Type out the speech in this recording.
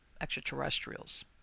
extraterrestrials